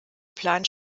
plan